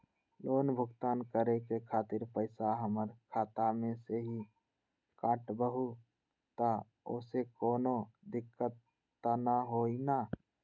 Loan भुगतान करे के खातिर पैसा हमर खाता में से ही काटबहु त ओसे कौनो दिक्कत त न होई न?